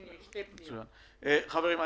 חברים,